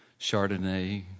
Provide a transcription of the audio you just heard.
Chardonnay